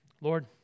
Lord